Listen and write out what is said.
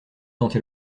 tenter